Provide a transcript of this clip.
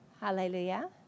Hallelujah